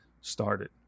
started